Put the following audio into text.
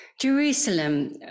Jerusalem